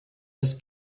das